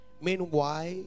Meanwhile